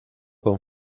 con